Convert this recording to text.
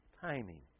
timing